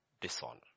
dishonor